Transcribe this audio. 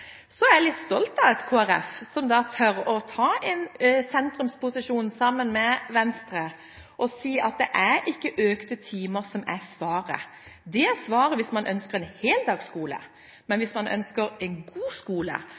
Så jeg er litt stolt, jeg, av Kristelig Folkeparti, som tør å ta en sentrumsposisjon sammen med Venstre, og si at det er ikke økt antall timer som er svaret. Det er svaret hvis man ønsker en heldagsskole, men hvis man ønsker en god skole,